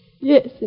Yes